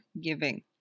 giving